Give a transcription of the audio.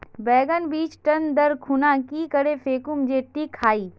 बैगन बीज टन दर खुना की करे फेकुम जे टिक हाई?